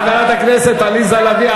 חברת הכנסת עליזה לביא,